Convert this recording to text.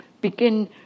begin